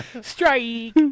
Strike